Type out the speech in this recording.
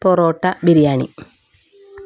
parotta biryani